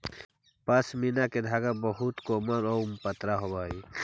पशमीना के धागा बहुत कोमल आउ पतरा होवऽ हइ